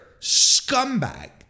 scumbag